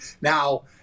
Now